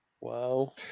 Wow